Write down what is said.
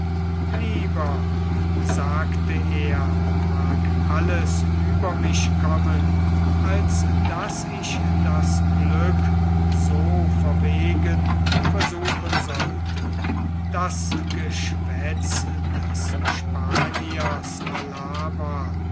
lieber sagte er mag alles über mich kommen als daß ich das glück so verwegen versuchen sollte das geschwätz des spaniers alava